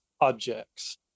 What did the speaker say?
objects